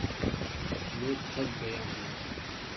मैं थक गया हूँ